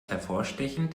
hervorstechend